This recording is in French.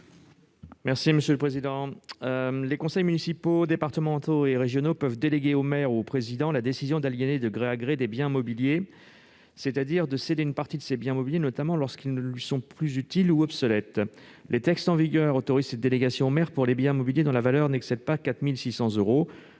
M. Didier Marie. Les conseils municipaux, départementaux et régionaux peuvent déléguer au maire ou au président la décision d'aliéner de gré à gré des biens mobiliers, c'est-à-dire de céder une partie de ces biens, notamment lorsqu'ils ne lui sont plus utiles ou obsolètes. Les textes en vigueur autorisent cette délégation au maire pour les biens mobiliers dont la valeur n'excède pas 4 600 euros.